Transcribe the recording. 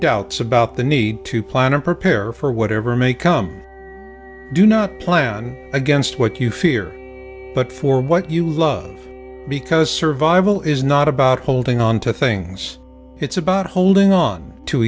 doubts about the need to plan and prepare for whatever may come do not plan against what you fear but for what you love because survival is not about holding on to things it's about holding on to